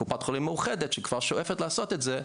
קופת חולים מאוחדת שכבר שואפת לעשות את זה.